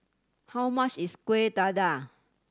how much is Kuih Dadar